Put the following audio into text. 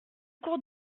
cours